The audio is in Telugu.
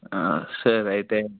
సార్ అయితే